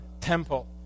temple